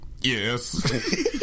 Yes